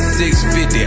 650